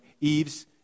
Eve's